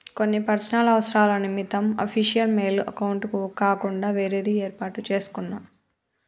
కొన్ని పర్సనల్ అవసరాల నిమిత్తం అఫీషియల్ మెయిల్ అకౌంట్ కాకుండా వేరేది యేర్పాటు చేసుకున్నా